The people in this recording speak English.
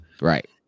Right